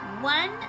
One